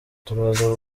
turaza